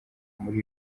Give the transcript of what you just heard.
muri